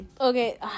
Okay